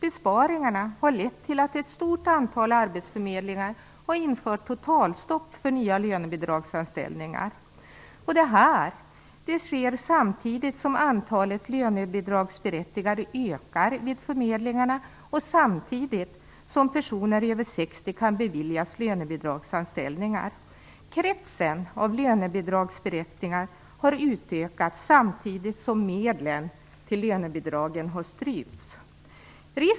Besparingarna har lett till att ett stort antal arbetsförmedlingar har infört totalstopp för nya lönebidragsanställningar. Detta sker när antalet lönebidragsberättigade ökar vid arbetsförmedlingarna samtidigt som personer över 60 år kan beviljas lönebidragsanställningar. Kretsen av lönebidragsberättigade har ökat samtidigt som medlen till lönebidragen har strypts.